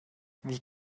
wie